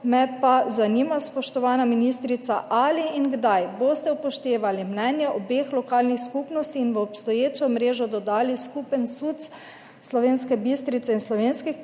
me pa zanima, spoštovana ministrica: Ali in kdaj boste upoštevali mnenje obeh lokalnih skupnosti in v obstoječo mrežo dodali skupen SUC Slovenske Bistrice in Slovenskih